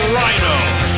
Rhino